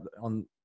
on